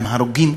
עם הרוגים,